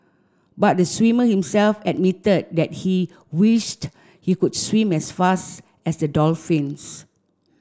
but the swimmer himself admitted that he wished he could swim as fast as the dolphins